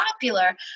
popular